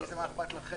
בשבילי זה מה אכפת לכם.